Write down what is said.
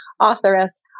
authoress